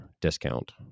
discount